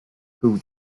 who